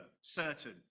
certain